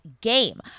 game